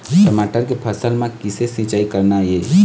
टमाटर के फसल म किसे सिचाई करना ये?